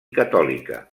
catòlica